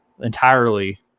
entirely